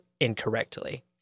incorrectly